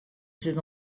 ses